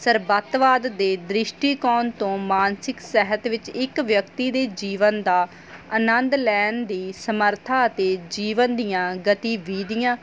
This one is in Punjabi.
ਸਰਵੱਤਵਾਦ ਦੇ ਦ੍ਰਿਸ਼ਟੀਕੋਣ ਤੋਂ ਮਾਨਸਿਕ ਸਿਹਤ ਵਿੱਚ ਇੱਕ ਵਿਅਕਤੀ ਦੇ ਜੀਵਨ ਦਾ ਆਨੰਦ ਲੈਣ ਦੀ ਸਮਰਥਾ ਅਤੇ ਜੀਵਨ ਦੀਆਂ ਗਤੀਵਿਧੀਆਂ